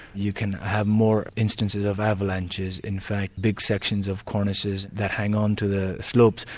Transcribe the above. you can have more instances of avalanches in fact, big sections of cornices that hang onto the slopes,